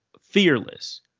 Fearless